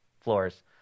floors